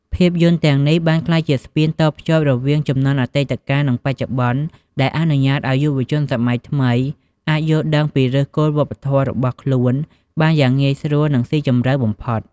ភាពយន្តទាំងនេះបានក្លាយជាស្ពានតភ្ជាប់រវាងជំនាន់អតីតកាល និងបច្ចុប្បន្ន ដែលអនុញ្ញាតឲ្យយុវជនសម័យថ្មីអាចយល់ដឹងពីឫសគល់វប្បធម៌របស់ខ្លួនបានយ៉ាងងាយស្រួលនិងស៊ីជម្រៅបំផុត។